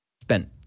spent